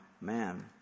man